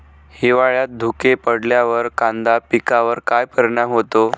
हिवाळ्यात धुके पडल्यावर कांदा पिकावर काय परिणाम होतो?